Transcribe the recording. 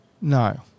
No